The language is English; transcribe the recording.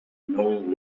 long